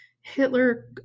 Hitler